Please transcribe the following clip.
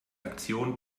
aktion